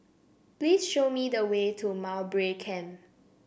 please show me the way to Mowbray Camp